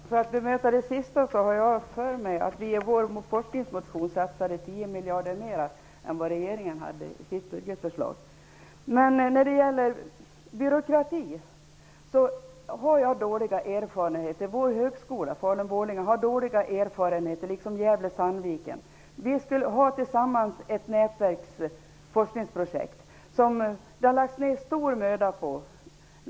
Herr talman! Jag har för mig att vi i vår forskningsmotion satsade 10 miljarder mer än vad regeringen gjorde i sitt budgetförslag. När det gäller byråkrati har vår högskola, Falun Borlänge, liksom högskolan i Gävle-Sandviken, dåliga erfarenheter. Vi skulle tillsammans ha ett nätverksforskningsprojekt som det lagts ned stor möda på.